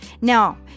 Now